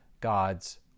God's